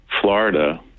Florida